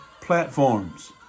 platforms